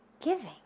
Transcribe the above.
giving